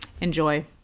Enjoy